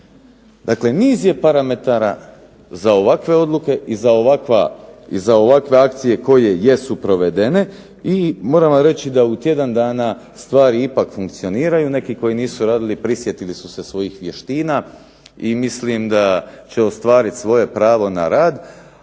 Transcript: Dakle, niz je parametara za ovakve odluke i za ovakve akcije koje jesu provedene. I moram vam reći da u tjedan dana stvari ipak funkcioniraju. Neki koji nisu radili prisjetili su se svojih vještina i mislim da će ostvariti svoje pravo na rad.